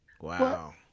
Wow